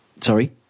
sorry